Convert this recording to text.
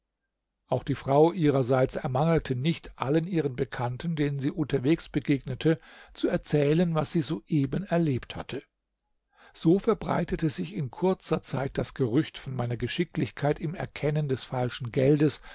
auch die frau ihrerseits ermangelte nicht allen ihren bekannten denen sie unterwegs begegnete zu erzählen was sie soeben erlebt hatte so verbreitete sich in kurzer zeit das gerücht von meiner geschicklichkeit im erkennen des falschen geldes